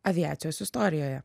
aviacijos istorijoje